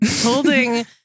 holding